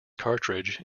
cartridge